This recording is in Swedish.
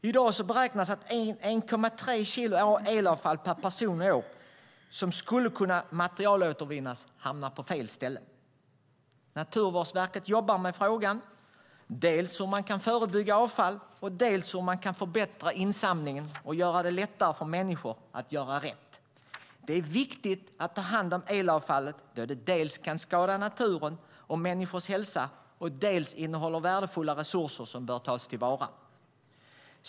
I dag beräknas att 1,3 kilo elavfall per person som skulle kunna materialåtervinnas hamnar på fel ställe. Naturvårdsverket jobbar med frågan, dels hur man kan förebygga avfall och dels hur man kan förbättra insamlingen och göra det lättare för människor att göra rätt. Det är viktigt att ta hand om elavfallet då det dels kan skada naturen och människors hälsa, dels innehåller värdefulla resurser som bör tas till vara.